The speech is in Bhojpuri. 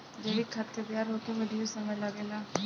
जैविक खाद के तैयार होखे में ढेरे समय लागेला